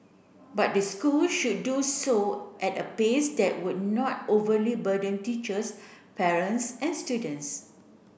but the school should do so at a pace that would not overly burden teachers parents and students